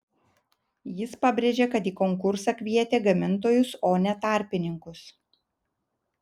jis pabrėžė kad į konkursą kvietė gamintojus o ne tarpininkus